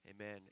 Amen